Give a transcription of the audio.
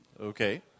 Okay